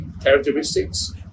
characteristics